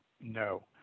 No